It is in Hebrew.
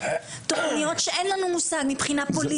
תוכניות שאין לנו מושג מבחינה פוליטית,